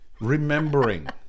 remembering